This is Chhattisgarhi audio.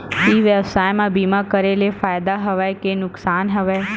ई व्यवसाय म बीमा करे ले फ़ायदा हवय के नुकसान हवय?